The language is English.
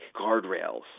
guardrails